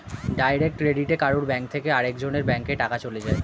direct ক্রেডিটে কারুর bank থেকে আরেক জনের ব্যাংকে টাকা চলে যায়